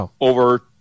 over